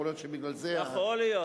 יכול להיות שבגלל זה, יכול להיות.